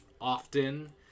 often